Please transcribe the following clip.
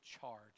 charge